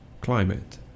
climate